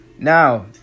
Now